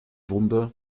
wunder